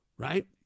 right